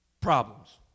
Problems